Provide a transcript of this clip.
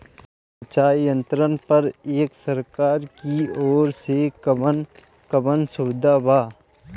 सिंचाई यंत्रन पर एक सरकार की ओर से कवन कवन सुविधा बा?